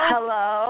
Hello